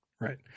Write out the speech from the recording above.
Right